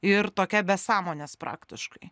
ir tokia be sąmonės praktiškai